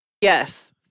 Yes